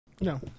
No